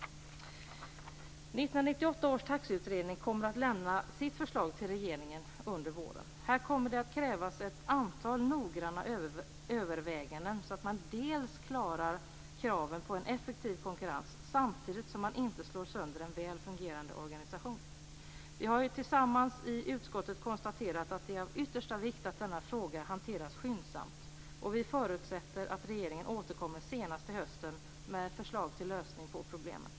1998 års taxiutredning skall lämna sitt förslag till regeringen under våren. Här kommer det att krävas ett antal noggranna överväganden så att man klarar kraven på en effektiv konkurrens samtidigt som man inte slår sönder en väl fungerande organisation. Vi har tillsammans i utskottet konstaterat att det är av yttersta vikt att denna fråga hanteras skyndsamt, och vi förutsätter att regeringen återkommer senast till hösten med ett förslag till lösning på problemet.